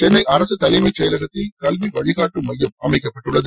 சென்னை அரசு தலைமைச்செயலகத்தில் கல்வி வழிகாட்டும் மையம் அமைக்கப்பட்டுள்ளது